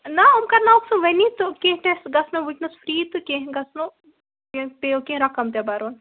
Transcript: نَہ یِم کَرناوٕکھ ژٕ وٕنی تہٕ کیٚنٛہہ ٹیٚسٹ گَژھنٔو وُنٛکِیٚنَس فِرٛی تہٕ کیٚنٛہہ گَژھنٔوتِمن پیٚیُوکیٚنٛہہ رَقَم تہِ برُن